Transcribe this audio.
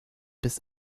bis